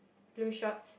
blue shorts